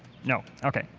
no. okay.